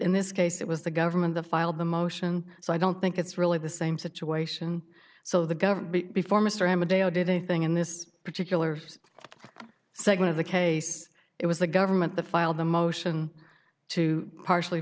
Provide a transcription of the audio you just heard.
in this case it was the government the filed the motion so i don't think it's really the same situation so the government before mr amodeo did anything in this particular second of the case it was the government the filed the motion to partially